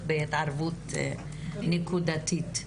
בהתערבות נקודתית.